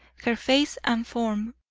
her face and form,